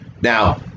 Now